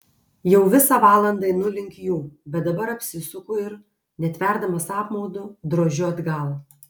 jau visą valandą einu link jų bet dabar apsisuku ir netverdamas apmaudu drožiu atgal